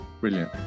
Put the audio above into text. Brilliant